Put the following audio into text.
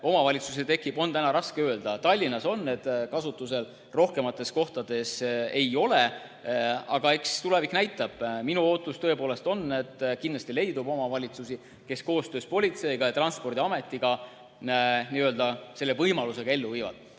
omavalitsusi on, on raske öelda. Tallinnas on need kaamerad kasutusel, rohkemates kohtades ei ole, aga eks tulevik näitab. Minu ootus on, et kindlasti leidub omavalitsusi, kes koostöös politseiga ja Transpordiametiga selle võimaluse ka ellu viivad.